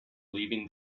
leaving